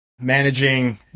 managing